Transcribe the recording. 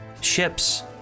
ships